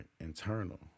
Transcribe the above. internal